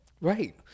Right